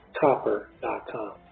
copper.com